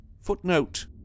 Footnote